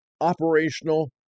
operational